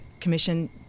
Commission